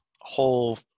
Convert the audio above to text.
whole